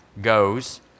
goes